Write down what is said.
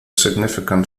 significant